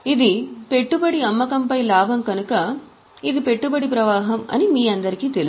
ఇది పెట్టుబడి అమ్మకంపై లాభం కనుక ఇది పెట్టుబడి ప్రవాహం అని మీ అందరికీ తెలుసు